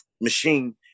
machine